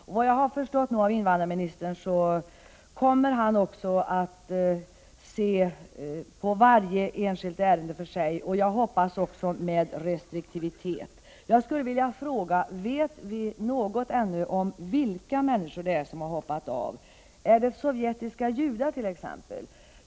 Såvitt jag förstått så kommer invandrarministern också att se på varje enskilt ärende för sig. Jag hoppas att han gör det med restriktivitet. Vet vi något om vilka människor det är som har hoppat av? Är det t.ex. sovjetiska judar?